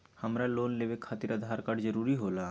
हमरा लोन लेवे खातिर आधार कार्ड जरूरी होला?